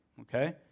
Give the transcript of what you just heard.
Okay